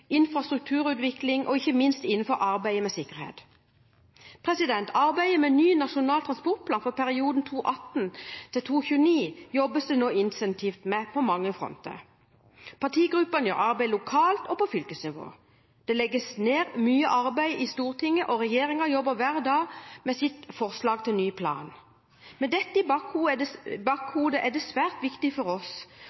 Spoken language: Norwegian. infrastrukturutvikling og ikke minst innenfor arbeidet med sikkerhet. Ny nasjonal transportplan for perioden 2018–2029 jobbes det nå intensivt med på mange fronter. Partigruppene gjør arbeid lokalt og på fylkesnivå. Det legges ned mye arbeid i Stortinget, og regjeringen jobber hver dag med sitt forslag til en ny plan. Med dette i bakhodet er det